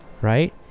right